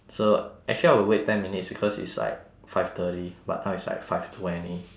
so actually I would wait ten minutes because it's like five thirty but now is like five twenty